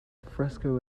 fresco